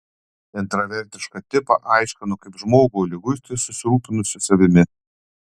intravertišką tipą aiškino kaip žmogų liguistai susirūpinusį savimi